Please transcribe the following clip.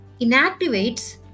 inactivates